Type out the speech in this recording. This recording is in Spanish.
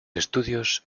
estudios